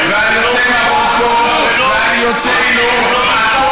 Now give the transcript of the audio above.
ועל יוצאי מרוקו ועל יוצאי לוב.